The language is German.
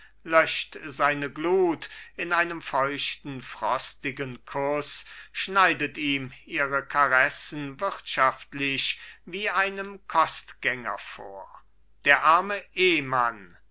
löscht seine glut in einem feuchten frostigen kuß schneidet ihm ihre karessen wirtschaftlich wie einem kostgänger vor der arme ehmann